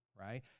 Right